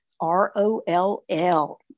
R-O-L-L